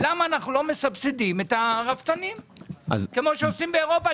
למה אנחנו לא מסבסדים את הרפתנים כמו שעושים באירופה.